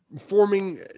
forming